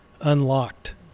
unlocked